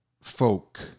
folk